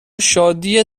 شادی